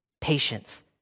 Patience